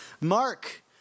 Mark